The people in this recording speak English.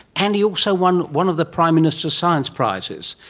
and he also won one of the prime minister's science prizes,